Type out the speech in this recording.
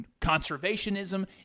conservationism